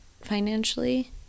financially